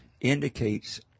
indicates